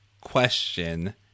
question